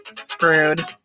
screwed